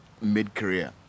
mid-career